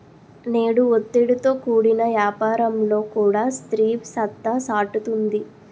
నేడు ఒత్తిడితో కూడిన యాపారంలో కూడా స్త్రీ సత్తా సాటుతుంది